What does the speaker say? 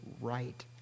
right